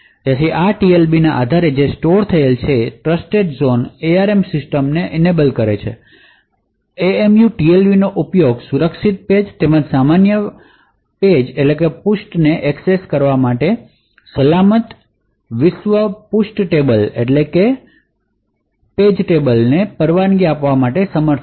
તેથી આ TLB ના આધારે જે સ્ટોર થયેલ છે ટ્રસ્ટઝોન એઆરએમ સિસ્ટમ ને એનેબલ કરે છે એમએમયુ TLB નો ઉપયોગ સુરક્ષિત પેજ તેમજ સામાન્ય વિશ્વ પેજ ને એક્સેસ કરવા માટે સલામત વિશ્વ પેજ ટેબલની પરવાનગી આપવા માટે સમર્થ હશે